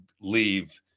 leave